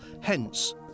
hence